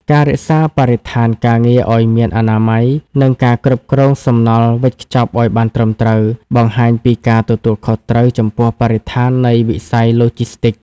ការរក្សាបរិស្ថានការងារឱ្យមានអនាម័យ និងការគ្រប់គ្រងសំណល់វេចខ្ចប់ឱ្យបានត្រឹមត្រូវ បង្ហាញពីការទទួលខុសត្រូវចំពោះបរិស្ថាននៃវិស័យឡូជីស្ទីក។